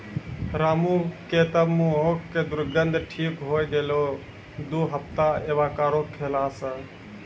रामू के तॅ मुहों के दुर्गंध ठीक होय गेलै दू हफ्ता एवोकाडो खैला स